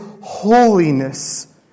holiness